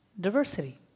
Diversity